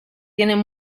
tienen